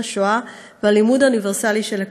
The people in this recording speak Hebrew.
השואה והלימוד האוניברסלי של לקחיה.